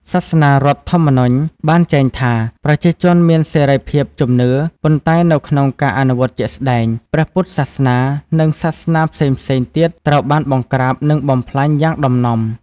សាសនារដ្ឋធម្មនុញ្ញបានចែងថា ប្រជាជនមានសេរីភាពជំនឿ ប៉ុន្តែនៅក្នុងការអនុវត្តជាក់ស្ដែង ព្រះពុទ្ធសាសនា និងសាសនាផ្សេងៗទៀតត្រូវបាន បង្ក្រាប និងបំផ្លាញ យ៉ាងដំណំ។